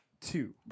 two